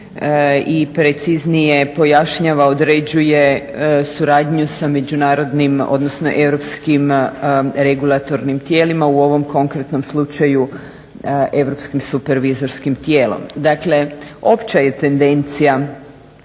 i preciznije pojašnjava, određuje suradnju sa međunarodnim odnosno europskim regulatornim tijelima u ovom konkretnom slučaju europskim supervizorskim tijelom. Dakle, opća je tendencija